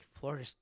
Florida